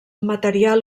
material